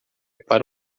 para